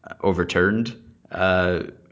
overturned